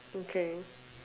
okay